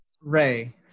Ray